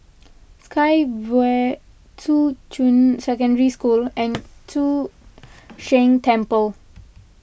Sky Vue Shuqun Secondary School and Chu Sheng Temple